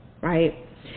right